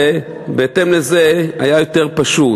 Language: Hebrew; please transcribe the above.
ובהתאם לזה היה יותר פשוט.